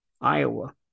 Iowa